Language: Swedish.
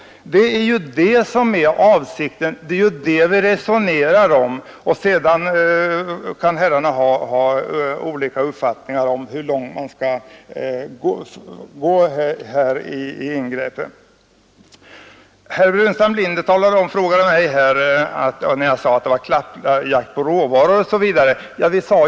Det är det som är avsikten, och det är det som vi resonerar om. Sedan kan herrarna ha olika uppfattningar om hur långt man skall gå vid ingreppet. Herr Burenstam Linder ställde en fråga till mig. Jag sade att det var en klappjakt på råvaror.